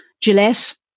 Gillette